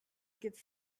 gets